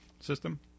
system